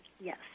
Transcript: Yes